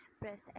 press